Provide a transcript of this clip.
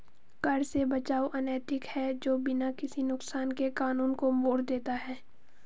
कर से बचाव अनैतिक है जो बिना किसी नुकसान के कानून को मोड़ देता है